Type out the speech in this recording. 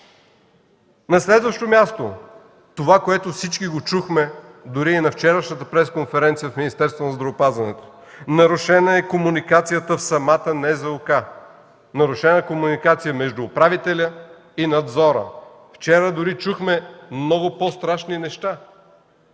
На следващо място: това, което всички чухме дори на вчерашната пресконференция в Министерството на здравеопазването – нарушена е комуникацията в самата НЗОК между управителя и надзора. Вчера дори чухме много по-страшни неща